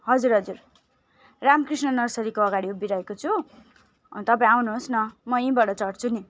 हजुर हजुर रामकृष्ण नर्सरीको अगाडि उभिरहेको छु अनि तपाईँ आउनुहोस् न म यहीँबाट चढ्छु नि